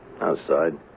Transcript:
Outside